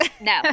No